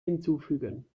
hinzufügen